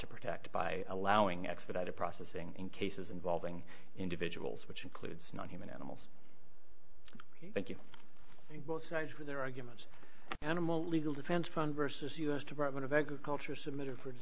to protect by allowing expedited processing in cases involving individuals which includes non human animals thank you think both sides with their arguments animal legal defense fund versus u s department of agriculture submitted for